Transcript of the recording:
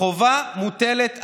החובה מוטלת עלינו.